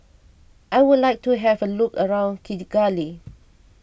I would like to have a look around Kigali